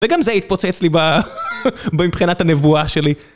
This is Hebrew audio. וגם זה התפוצץ לי ב... מבחינת הנבואה שלי.